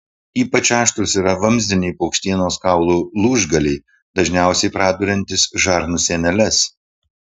ypač aštrūs yra vamzdiniai paukštienos kaulų lūžgaliai dažniausiai praduriantys žarnų sieneles